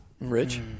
Rich